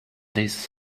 this